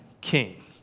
king